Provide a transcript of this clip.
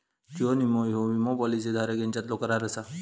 जीवन विमो ह्यो विमो पॉलिसी धारक यांच्यातलो करार असा